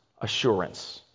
assurance